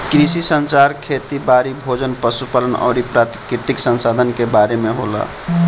कृषि संचार खेती बारी, भोजन, पशु पालन अउरी प्राकृतिक संसधान के बारे में होला